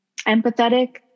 empathetic